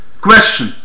Question